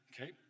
Okay